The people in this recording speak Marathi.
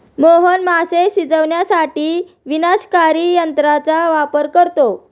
मोहन मासे शिजवण्यासाठी विनाशकारी तंत्राचा वापर करतो